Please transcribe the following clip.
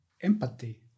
empathy